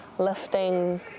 lifting